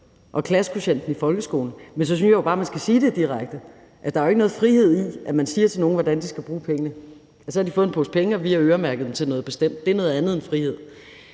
og klassekvotienten i folkeskolen. Men så synes jeg jo bare, man skal sige det direkte. For der er jo ikke noget frihed i, at man siger til nogle, hvordan de skal bruge pengene, når de har fået en pose penge, som vi har øremærket til noget bestemt. Det er noget andet end frihed,